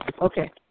okay